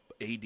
AD